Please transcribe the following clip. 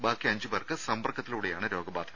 ബാക്കി അഞ്ചു പേർക്ക് സമ്പർക്കത്തിലൂടെയാണ് രോഗബാധ